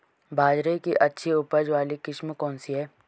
बाजरे की अच्छी उपज वाली किस्म कौनसी है?